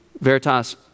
Veritas